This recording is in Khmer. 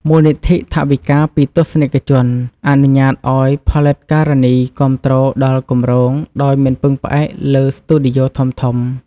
មូលនិធិថវិកាពីទស្សនិកជនអនុញ្ញាតឱ្យផលិតការនីគាំទ្រដល់គម្រោងដោយមិនពឹងផ្អែកលើស្ទូឌីយោធំៗ។